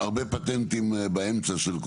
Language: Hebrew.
יהיו הרבה פטנטים באמצע.